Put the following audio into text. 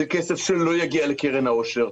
זה כסף שלא יגיע לקרן העושר,